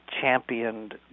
championed